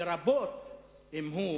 לרבות אם הוא